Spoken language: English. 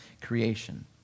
creation